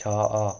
ଛଅ